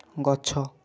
ଗଛ